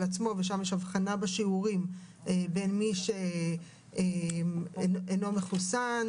עצמו ושם יש הבחנה בשיעורים בין מי שאינו מחוסן,